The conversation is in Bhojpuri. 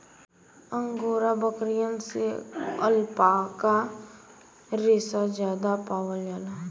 अंगोरा बकरियन से अल्पाका रेसा जादा पावल जाला